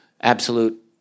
absolute